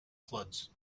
floods